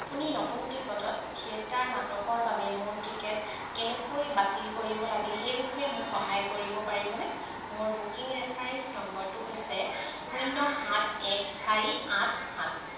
আপুনি নতুন টিকটত থিয়েটাৰ নাটকৰ বাবে মোৰ টিকট কেনেকৈ বাতিল কৰিব লাগে সেই বিষয়ে মোক সহায় কৰিব পাৰিবনে মোৰ বুকিং ৰেফাৰেন্স নম্বৰটো হৈছে শূন্য সাত এক চাৰি আঠ সাত